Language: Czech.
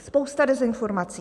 Spousta dezinformací.